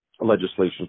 legislation